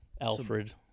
Alfred